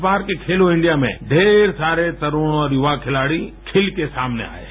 इस बार के खेलो इंडिया में ढेर सारे तरूण और युवा खिलाड़ी खिल के सामने आए हैं